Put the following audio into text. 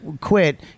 quit